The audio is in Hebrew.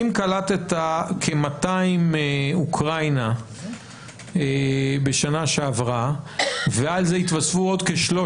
אם קלטת כ-200 מאוקראינה בשנה שעברה ועל זה התווספו עוד כ-300